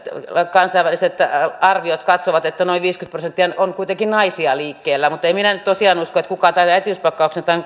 kansainväliset arviot katsovat että liikkeellä olevista noin viisikymmentä prosenttia on kuitenkin naisia mutta en minä nyt tosiaan usko että kukaan tänne äitiyspakkauksen